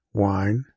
wine